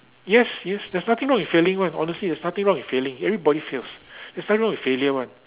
yes yes there's nothing wrong with failing one honestly there's nothing wrong with failing everybody fails there's nothing wrong with failure one